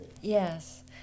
Yes